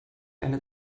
eine